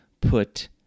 put